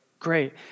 Great